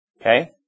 Okay